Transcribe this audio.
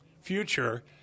future